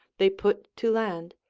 they put to land,